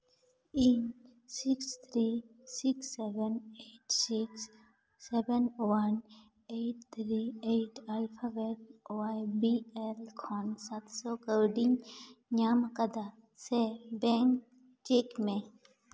ᱤᱧ six three six seven eight six seven one eight three eight ᱟᱨ alphabet ᱚᱣᱟᱭ B L ᱠᱷᱚᱱ ᱥᱟᱛᱥᱚ ᱠᱟᱹᱣᱰᱤᱧ ᱧᱟᱢ ᱟᱠᱟᱫᱟ ᱥᱮ ᱵᱮᱝ ᱪᱮᱠᱢᱮ